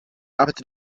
arbeitet